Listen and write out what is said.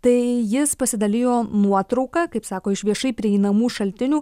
tai jis pasidalijo nuotrauka kaip sako iš viešai prieinamų šaltinių